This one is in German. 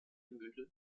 mühle